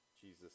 Jesus